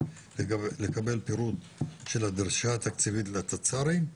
לקבל פירוט של הדרישה התקציבית והתצ"רים.